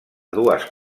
dues